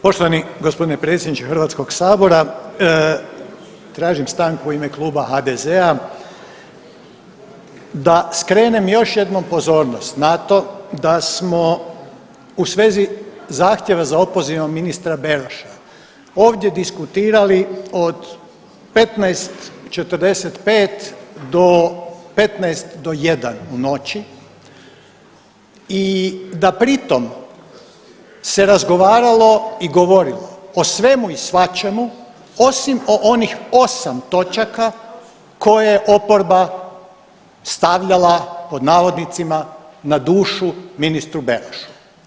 Poštovani gospodine predsjedniče Hrvatskog sabora tražim stanku u ime Kluba HDZ-a da skrenem još jednom pozornost na to da smo u svezi zahtjeva za opozivom ministra Beroša ovdje diskutirali od 15,45 do 15 do 1 u noći i da pritom se razgovaralo i govorilo o svemu i svačemu osim o onih 8 točaka koje oporba stavljala pod navodnicima na dušu ministru Berošu.